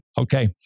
Okay